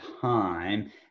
time